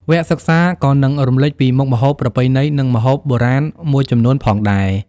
វគ្គសិក្សាក៏នឹងរំលេចពីមុខម្ហូបប្រពៃណី និងម្ហូបបុរាណមួយចំនួនផងដែរ។